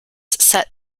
set